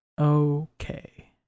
okay